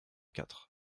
quatre